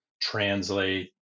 translate